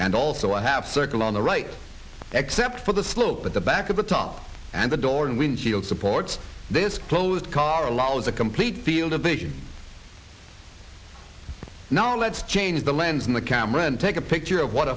and also i have circle on the right except for the slope at the back of the top and the door and windshield supports this closed car allows a complete field of vision now let's change the lens in the camera and take a picture of what